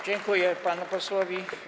Dziękuję panu posłowi.